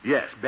Yes